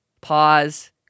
Pause